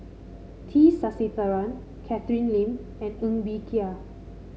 T Sasitharan Catherine Lim and Ng Bee Kia